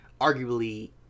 arguably